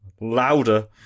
louder